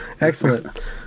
excellent